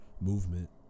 movement